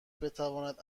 بتواند